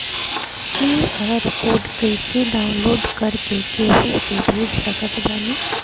QR code कइसे download कर के केहु के भेज सकत बानी?